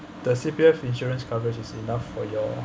the C_P_F insurance coverage is enough for your